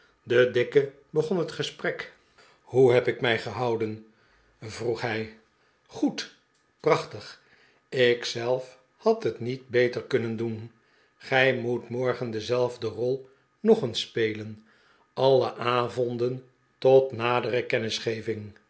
de dikke begon het gesprek hoe heb ik mij gehouden vroeg hij goed prachtig ik zelf had het niet beter kunnen doen gij moet morgen dezelfde rol hog eens spelen alle avonden tot nadere